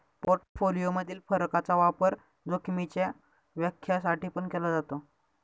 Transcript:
portfolio मधील फरकाचा वापर जोखीमीच्या व्याख्या साठी पण केला जातो